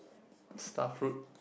starfruit